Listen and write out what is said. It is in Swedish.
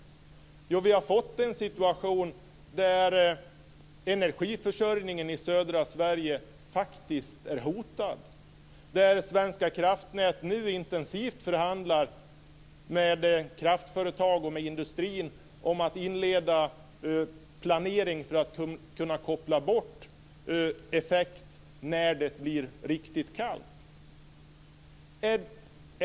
Jo, vi har fått en situation där energiförsörjningen i södra Sverige faktiskt är hotad. Svenska kraftnät förhandlar nu intensivt med kraftföretag och med industrin om att inleda planering för att kunna koppla bort effekt när det blir riktigt kallt.